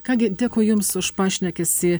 ką gi dėkui jums už pašnekesį